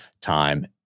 time